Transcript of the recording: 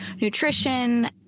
nutrition